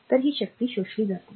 तर ही शक्ती शोषली जाते